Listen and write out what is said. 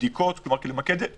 בבדיקות, כדי למקד באמת את העניין.